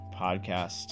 podcast